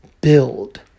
build